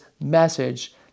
message